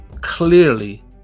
clearly